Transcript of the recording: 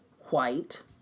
white